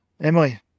Emily